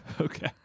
okay